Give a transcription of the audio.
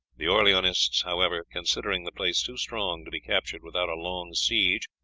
the orleanists, however, considering the place too strong to be captured without a long siege,